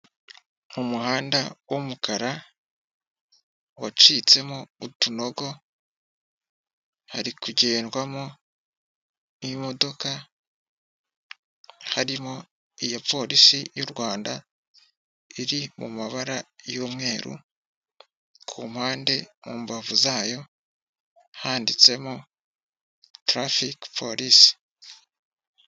Umuhanda w'umukara wacitsemo utunogo hari kugendwamo n'imodoka harimo iya polisi y'u Rwanda iri mu mabara y'umweru, ku mpande mu mbavu zayo handitsemo TRAFFIC POLICE.